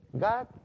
God